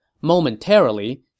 Momentarily